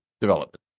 development